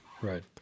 Right